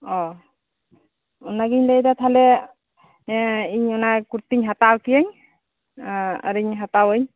ᱚᱻ ᱚᱱᱟ ᱜᱮᱧ ᱞᱟᱹᱭ ᱮᱫᱟ ᱛᱟᱦᱞᱮ ᱤᱧ ᱚᱱᱟ ᱠᱩᱨᱛᱤᱧ ᱦᱟᱛᱟᱣ ᱠᱤᱭᱟᱹᱧ ᱟᱨᱮᱧ ᱦᱟᱛᱟᱣᱟᱹᱧ